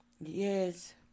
Yes